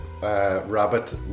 Rabbit